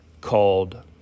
called